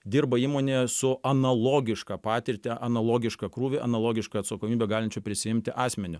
dirba įmonėje su analogišką patirtį analogišką krūvį analogišką atsakomybę galinčiu prisiimti asmeniu